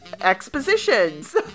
expositions